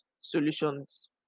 solutions